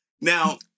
Now